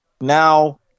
Now